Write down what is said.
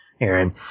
Aaron